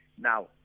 Now